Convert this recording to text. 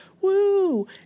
woo